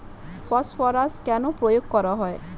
Phosphorus কেন প্রয়োগ করা হয়?